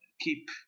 keep